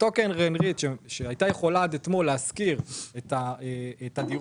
אותה קרן ריט שהייתה יכולה עד אתמול להשכיר את הדירות